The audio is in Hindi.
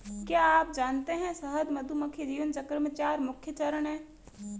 क्या आप जानते है शहद मधुमक्खी जीवन चक्र में चार मुख्य चरण है?